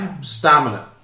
stamina